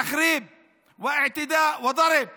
הם שוברים והורסים ותוקפים ומכים,